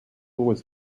was